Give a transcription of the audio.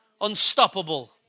Unstoppable